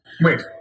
Wait